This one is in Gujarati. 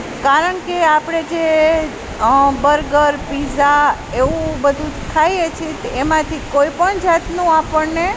કારણ કે આપણે જે બર્ગર પીઝા એવું બધું ખાઈએ છીએ એમાંથી કોઈપણ જાતનું આપણને